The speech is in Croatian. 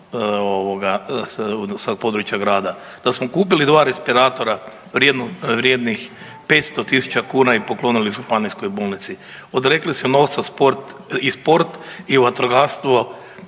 sa područja grada, da smo kupili dva respiratora vrijednih 500 tisuća kuna i poklonili županijskoj bolnici, odrekli se novca sport i sport i vatrogastvo